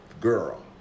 girl